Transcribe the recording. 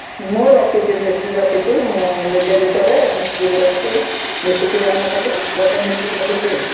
ମୁଁ ରଖିଛି ମିସ୍ତ୍ରି ରଖିଛି ମୁଁ ନିଜେ ବି କରେ ମିସ୍ତ୍ରି ବି ରଖିଛି ମିଶିକିରି ଆମେ କରୁ ଗୋଟେ ମିସ୍ତ୍ରି ରଖିଛି